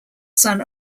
son